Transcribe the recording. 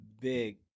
big